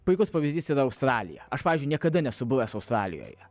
puikus pavyzdys yra australija aš pavyzdžiui niekada nesu buvęs australijoje